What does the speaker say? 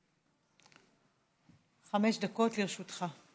חמש דקות לרשותך.